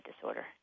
disorder